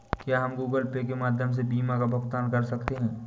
क्या हम Google Pay के माध्यम से बीमा का भुगतान कर सकते हैं?